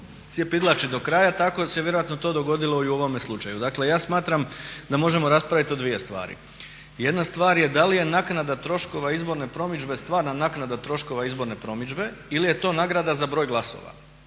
cjepidlačit do kraja. Tako se vjerojatno to dogodilo i u ovome slučaju. Dakle ja smatram da možemo raspravit o dvije stvari, jedna stvar je da li je naknada troškova izborne promidžbe stvarna naknada troškova izborne promidžbe ili je to nagrada za broj glasova.